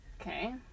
Okay